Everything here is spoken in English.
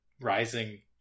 rising